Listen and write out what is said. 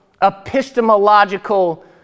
epistemological